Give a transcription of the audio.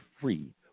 free